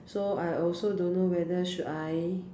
so I also don't know whether should I